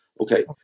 Okay